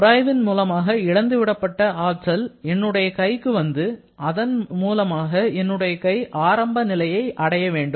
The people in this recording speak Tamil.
உராய்வின் மூலமாக இழந்துவிடப்பட்ட ஆற்றல் என்னுடைய கைக்கு வந்து அதன் மூலமாக என்னுடைய கை ஆரம்ப நிலையை அடைய வேண்டும்